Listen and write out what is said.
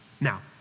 Now